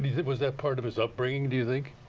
was that part of his up bringing, you think?